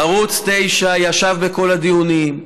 ערוץ 9 ישב בכל הדיונים,